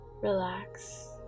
relax